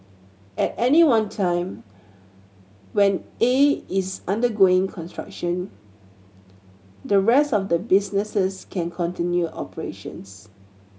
at any one time when A is undergoing construction the rest of the businesses can continue operations